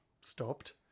stopped